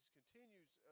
continues